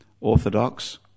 orthodox